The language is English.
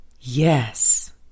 yes